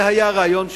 זה היה רעיון שלנו,